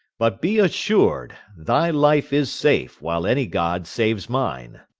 but be assured thy life is safe while any god saves mine.